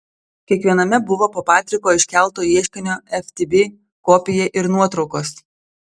kiekviename buvo po patriko iškelto ieškinio ftb kopiją ir nuotraukos